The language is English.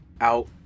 out